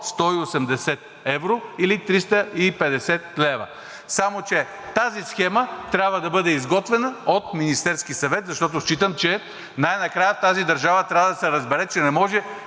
180 евро или 350 лв. Само че тази схема трябва да бъде изготвена от Министерския съвет, защото считам, че най-накрая в тази държава трябва да се разбере, че не може